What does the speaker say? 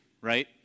right